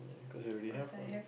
cause you already have one